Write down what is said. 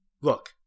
look